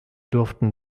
durften